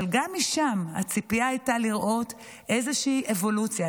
אבל גם משם הציפייה הייתה לראות איזושהי אבולוציה.